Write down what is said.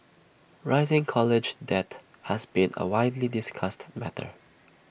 rising college debt has been A widely discussed matter